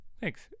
Thanks